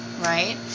right